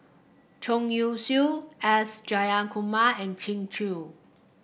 Chong Ying Siew S Jayakumar and Kin Chui